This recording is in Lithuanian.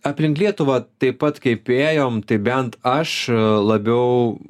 aplink lietuvą taip pat kaip ėjom tai bent aš labiau